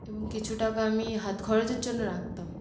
এবং কিছু টাকা আমি হাত খরচের জন্য রাখতাম